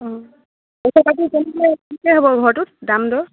অঁ পইছা পাতি কেনেকৈ হ'ব ঘৰটোত দাম দৰ